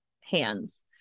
hands